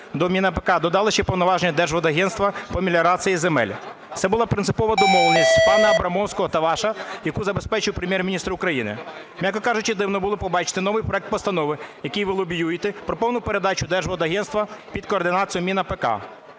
до МінАПК, додали ще повноваження Держводагентства по меліорації земель. Це була принципова домовленість пана Абрамовського та ваша, яку забезпечив Прем’єр-міністр України. М'яко кажучи, дивно було побачити новий проект постанови, який ви лобіюєте, про повну передачу Держводагентства під координацію МінАПК.